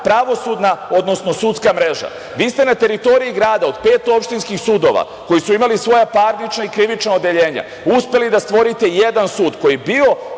pravosudna, odnosno sudska mreža. Vi ste na teritoriji grada od pet opštinskih sudova koji su imali svoja parnična i krivična odeljenja uspeli da stvorite jedan sud koji je